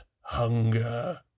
hunger